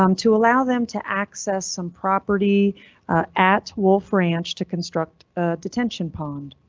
um to allow them to access some property at wolf ranch to construct detention pond.